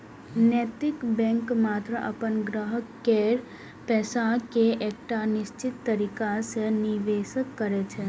नैतिक बैंक मात्र अपन ग्राहक केर पैसा कें एकटा निश्चित तरीका सं निवेश करै छै